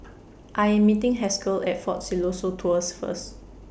I Am meeting Haskell At Fort Siloso Tours First